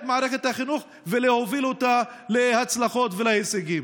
מערכת החינוך ולהוביל אותה להצלחות ולהישגים.